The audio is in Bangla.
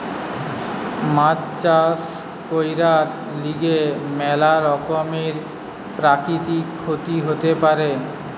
মাছ চাষ কইরার গিয়ে ম্যালা রকমের প্রাকৃতিক ক্ষতি হতে পারে